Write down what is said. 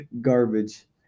garbage